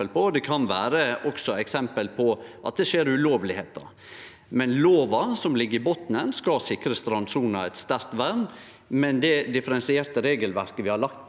Det kan også vere eksempel på at det skjer ulovlegheiter. Lova, som ligg i botnen, skal sikre strandsona eit sterkt vern, men det differensierte regelverket vi har lagt på